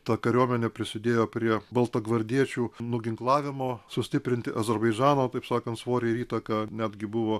ta kariuomenė prisidėjo prie baltagvardiečių nuginklavimo sustiprinti azerbaidžano taip sakant svorį ir įtaką netgi buvo